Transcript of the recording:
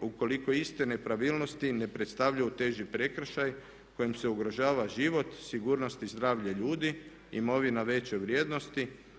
ukoliko iste nepravilnosti ne predstavljaju teži prekršaj kojim se ugrožava život, sigurnost i zdravlje ljudi, imovina veće vrijednosti,